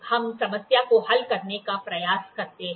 तो अब हम समस्या को हल करने का प्रयास करते हैं